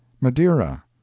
madeira